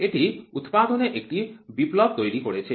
এটি উৎপাদনে একটি বিপ্লব তৈরি করেছে